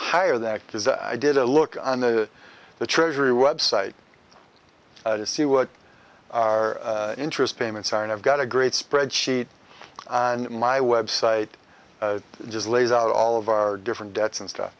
higher than it is i did a look on the the treasury website to see what our interest payments are and i've got a great spread sheet on my website just lays out all of our different debts and stuff